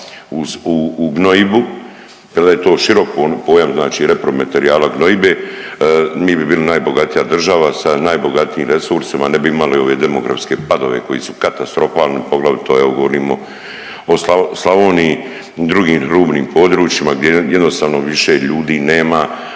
u gnojidbu kada je to širom pojam znači repromaterijala gnojidbe mi bi bili najbogatija država sa najbogatijim resursima. Ne bi imali ove demografske padove koji su katastrofalni, poglavito evo govorimo o Slavoniji i drugim rubnim područjima gdje jednostavno više ljudi nema.